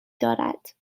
دارد